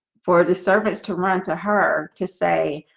for the servants to run to her to say,